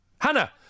Hannah